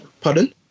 pardon